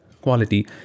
quality